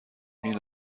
این